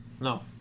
No